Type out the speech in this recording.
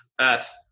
Earth